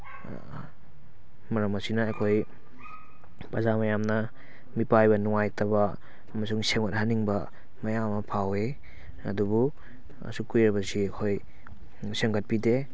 ꯃꯔꯝ ꯑꯁꯤꯅ ꯑꯩꯈꯣꯏ ꯄ꯭ꯔꯖꯥ ꯃꯌꯥꯝꯅ ꯃꯤꯄꯥꯏꯕ ꯅꯨꯡꯉꯥꯏꯇꯕ ꯑꯃꯁꯨꯡ ꯁꯦꯝꯒꯠꯍꯟꯅꯤꯡꯕ ꯃꯌꯥꯝ ꯑꯃ ꯐꯥꯎꯏ ꯑꯗꯨꯕꯨ ꯑꯁꯨꯛ ꯀꯨꯏꯔꯕꯁꯤ ꯑꯩꯈꯣꯏ ꯁꯦꯝꯒꯠꯄꯤꯗꯦ